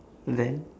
then